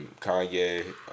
Kanye